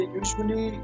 usually